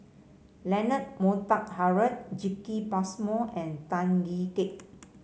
Leonard Montague Harrod Jacki Passmore and Tan Kee Sek